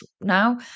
now